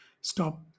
stop